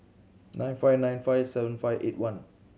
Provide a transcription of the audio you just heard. nine five nine five seven five eight one